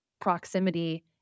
proximity